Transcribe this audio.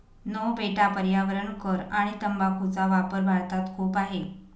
no बेटा पर्यावरण कर आणि तंबाखूचा वापर भारतात खूप आहे